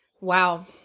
wow